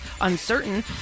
uncertain